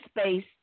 space